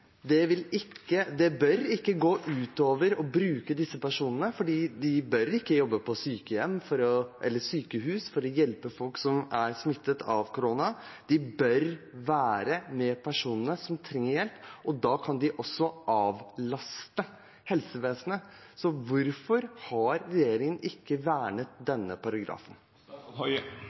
Det bør ikke gå ut over å bruke disse personene, for de bør ikke jobbe på sykehjem eller sykehus og hjelpe folk som er smittet av korona. De bør være sammen med de personene som trenger hjelp. Da kan de også avlaste helsevesenet. Så hvorfor har regjeringen ikke vernet denne paragrafen?